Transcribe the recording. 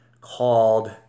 called